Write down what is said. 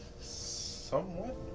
Somewhat